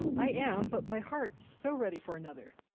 i am. but my heart. so ready for another.